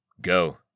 Go